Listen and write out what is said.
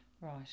Right